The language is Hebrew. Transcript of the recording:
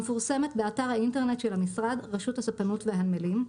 המפורסמת באתר האינטרנט של המשרד רשות הספנות והנמלים,